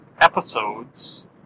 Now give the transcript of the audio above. episodes